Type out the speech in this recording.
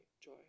joy